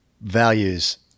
Values